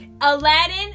Aladdin